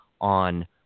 on